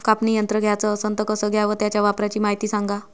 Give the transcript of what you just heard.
कापनी यंत्र घ्याचं असन त कस घ्याव? त्याच्या वापराची मायती सांगा